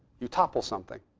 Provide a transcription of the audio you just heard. you topple something.